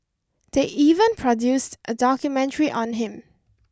they even produced a documentary on him